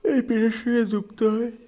এই পেশার সঙ্গে যুক্ত হয়